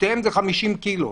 שניהם זה 50 קילו.